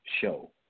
show